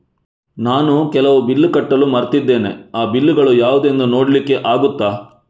ನಾನು ಕೆಲವು ಬಿಲ್ ಕಟ್ಟಲು ಮರ್ತಿದ್ದೇನೆ, ಆ ಬಿಲ್ಲುಗಳು ಯಾವುದೆಂದು ನೋಡ್ಲಿಕ್ಕೆ ಆಗುತ್ತಾ?